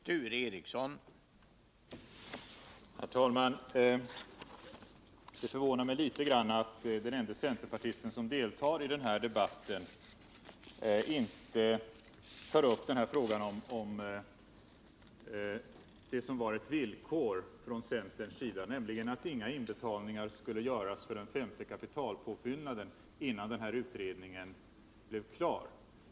Herr talman! Det förvånar mig litet att den ende centerpartist som deltar i denna debatt inte tar upp det som var ett villkor från centerns sida, nämligen att inga inbetalningar skulle göras till den femte kapitalpåfyllnaden innan utredningen blev klar.